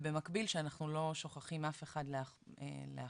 ובמקביל שאנחנו לא שוכחים אף אחד מאחור.